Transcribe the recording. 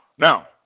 Now